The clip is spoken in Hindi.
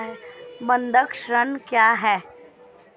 बंधक ऋण क्या है?